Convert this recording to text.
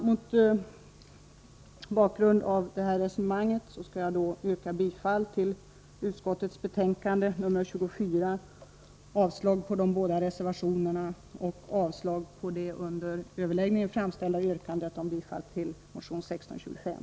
Mot bakgrund av detta resonemang yrkar jag bifall till hemställan i utskottets betänkande nr 24, avslag på de båda reservationerna och avslag på det under överläggningen framställda yrkandet om bifall till motion 1625.